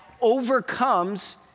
overcomes